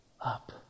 up